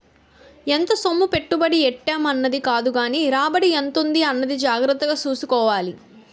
ఎంత సొమ్ము పెట్టుబడి ఎట్టేం అన్నది కాదుగానీ రాబడి ఎంతుంది అన్నది జాగ్రత్తగా సూసుకోవాలి